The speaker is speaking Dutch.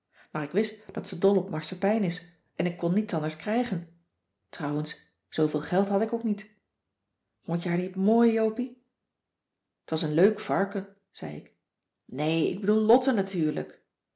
maar ik wist dat ze dol op marsepijn is en ik kon niets anders krijgen trouwens zooveel geld had ik ook niet vond je haar niet mooi jopie t was een leuk varken zei ik nee ik bedoel lotte natuurlijk